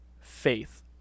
faith